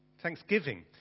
Thanksgiving